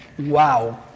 Wow